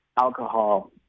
alcohol